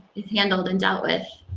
handled and dealt with.